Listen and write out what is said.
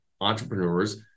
entrepreneurs